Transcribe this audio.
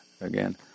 again